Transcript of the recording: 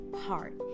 heart